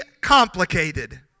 complicated